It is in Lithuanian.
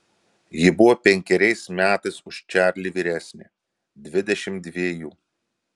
ji buvo penkeriais metais už čarlį vyresnė dvidešimt dvejų